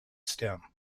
stem